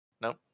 Nope